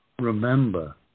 remember